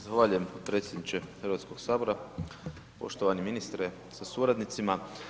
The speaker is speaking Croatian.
Zahvaljujem potpredsjedniče Hrvatskog sabora, poštovani ministre sa suradnicima.